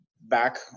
back